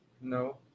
no